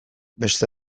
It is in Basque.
beste